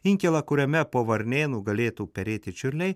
inkilą kuriame po varnėnų galėtų perėti čiurliai